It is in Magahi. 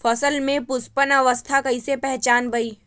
फसल में पुष्पन अवस्था कईसे पहचान बई?